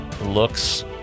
looks